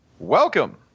Welcome